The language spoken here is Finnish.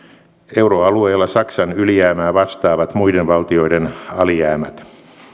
euroalueella saksan ylijäämää vastaavat muiden valtioiden alijäämät